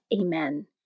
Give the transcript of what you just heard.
Amen